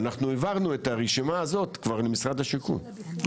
ואנחנו העברנו את הרשימה הזאת, כבר למשרד השיכון,